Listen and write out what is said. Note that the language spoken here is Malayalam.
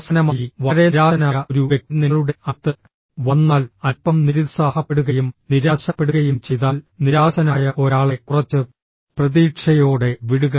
അവസാനമായി വളരെ നിരാശനായ ഒരു വ്യക്തി നിങ്ങളുടെ അടുത്ത് വന്നാൽ അൽപ്പം നിരുത്സാഹപ്പെടുകയും നിരാശപ്പെടുകയും ചെയ്താൽ നിരാശനായ ഒരാളെ കുറച്ച് പ്രതീക്ഷയോടെ വിടുക